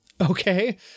Okay